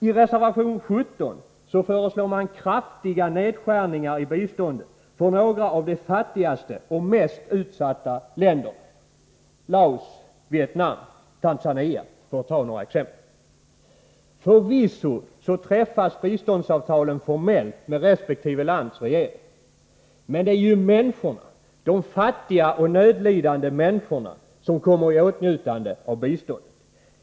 I reservation 17 föreslår moderaterna kraftiga nedskärningar av biståndet för några av de fattigaste och mest utsatta länderna — Laos, Vietnam och Tanzania, för att ta några exempel. Förvisso träffas biståndsavtalen formellt med resp. lands regering, men det är ju människorna, de fattiga och nödlidande människorna, som kommer i åtnjutande av biståndet.